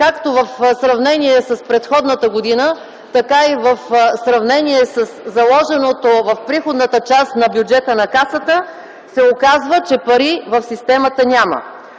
както в сравнение с предходната година, така и в сравнение със заложеното в приходната част на бюджета на Касата, се оказва, че пари в системата няма.